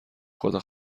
خدا